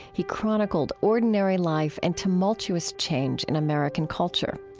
he chronicled ordinary life and tumultuous change in american culture.